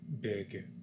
big